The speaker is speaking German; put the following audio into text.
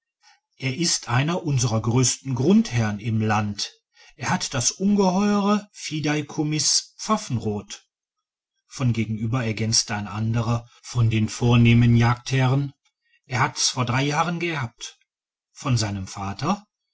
er ist einer unserer größten grundherren im land er hat das ungeheure fideikommiß pfaffenrod von gegenüber ergänzte ein anderer von den vornehmen jagdherren er hat's vor drei jahren geerbt von seinem vater